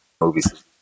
movies